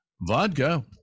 vodka